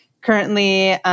Currently